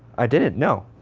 i didn't, no.